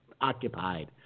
occupied